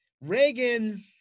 Reagan